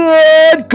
Good